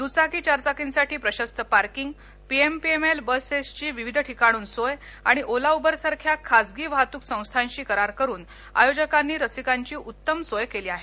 दुचाकी चारचाकिंसाठी प्रशस्त parking P M PM L बसेसची विविध ठिकाणाहून सोय आणि ओला उबेरसारख्या खासगी वाहतूक संस्थांशी करार करून आयोजकांनी रसिकांची उत्तम सोय केली आहे